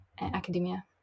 academia